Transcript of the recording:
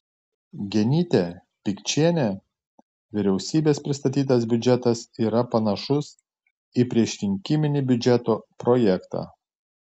genytė pikčienė vyriausybės pristatytas biudžetas yra panašus į priešrinkiminį biudžeto projektą